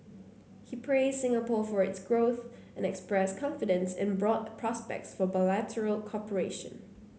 he praised Singapore for its growth and expressed confidence in broad prospects for bilateral cooperation